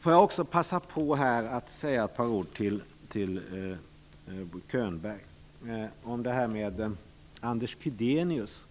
Får jag också passa på att säga ett par ord till Bo Könberg om Anders Chydenius.